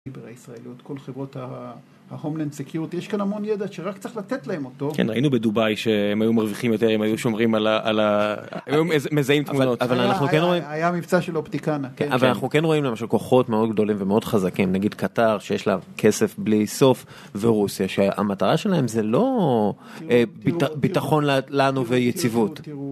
הסייבר הישראלית, כל חברות ההומלנד סקיוריטי, יש כאן המון ידע שרק צריך לתת להם אותו. כן, ראינו בדובאי שהם היו מרוויחים יותר, הם היו שומרים על ה... הם היו מזהים תמונות. היה מבצע של אופטיקנה. אבל אנחנו כן רואים למשל כוחות מאוד גדולים ומאוד חזקים, נגיד קטאר, שיש לה כסף בלי סוף, ורוסיה, שהמטרה שלהם זה לא ביטחון לנו ויציבות.